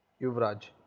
yuvraj.